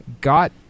got